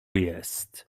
jest